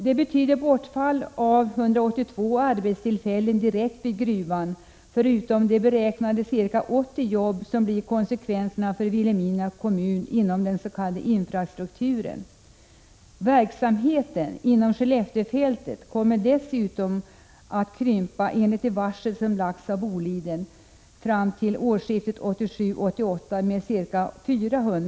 Det betyder bortfall av 182 arbetstillfällen direkt vid gruvan, förutom de ca 80 jobb som beräknas försvinna i Vilhelmina kommun inom ramen för den s.k. infrastrukturen. Verksamheten inom Skelleftefältet kommer dessutom att krympa med ca 400 jobb fram till årsskiftet 1987-1988, enligt de varsel som har lagts av - Boliden.